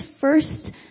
first